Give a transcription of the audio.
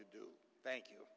to do thank you